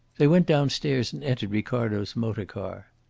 they went downstairs and entered ricardo's motor car.